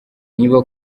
niba